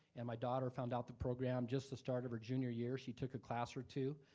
and my daughter found out the program, just the start of her junior year, she took a class or two.